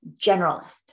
generalist